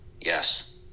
Yes